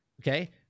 Okay